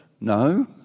No